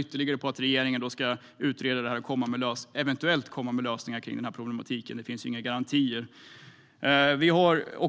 ytterligare på att regeringen ska utreda detta och eventuellt komma med lösningar på problematiken. Det finns ju inga garantier.